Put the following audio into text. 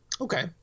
okay